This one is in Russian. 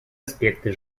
аспекты